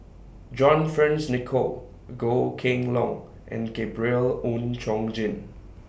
John Fearns Nicoll Goh Kheng Long and Gabriel Oon Chong Jin